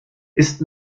ist